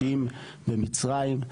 90' במצרים.